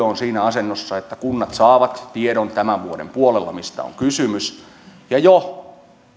on siinä asennossa että kunnat saavat tiedon tämän vuoden puolella siitä mistä on kysymys ja jo